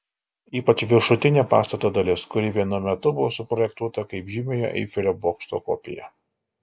ypač viršutinė pastato dalis kuri vienu metu buvo suprojektuota kaip žymiojo eifelio bokšto kopija